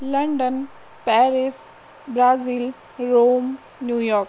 London Paris Brazil Rome New York